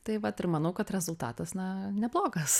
tai vat ir manau kad rezultatas na neblogas